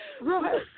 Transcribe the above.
right